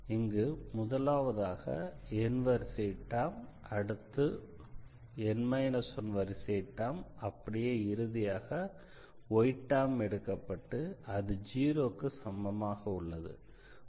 இங்கு முதலாவதாக n வரிசை டெர்ம் அடுத்து n 1 வரிசை டெர்ம் அப்படியே இறுதியாக y டெர்ம் எடுக்கப்பட்டு அது 0 க்கு சமமாக உள்ளது